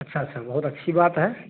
अच्छा सर बहुत अच्छी बात है